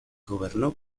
gobernó